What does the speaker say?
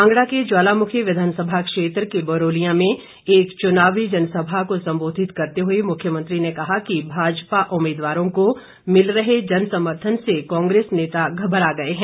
कांगड़ा के ज्वालामुखी विधानसभा क्षेत्र के बरोलियां में एक चुनावी जनसभा को संबोधित करते हुए मुख्यमंत्री ने कहा कि भाजपा उम्मीदवारों को मिल रहे जन समर्थन से कांग्रेस नेता घबरा गए हैं